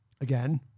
Again